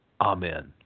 Amen